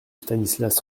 stanislas